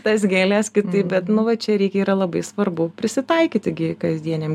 tas gėles kitaip bet nu va čia reikia yra labai svarbu prisitaikyti gi kasdieniam